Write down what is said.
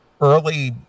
early